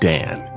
Dan